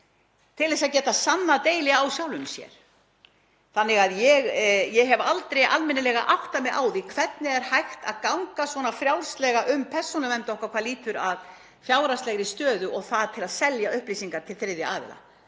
til þess að geta sannað deili á sjálfum sér. Ég hef aldrei almennilega áttað mig á því hvernig er hægt að ganga svona frjálslega um persónuvernd okkar hvað lýtur að fjárhagslegri stöðu og til að selja upplýsingar til þriðja aðila